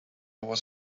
was